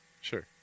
sure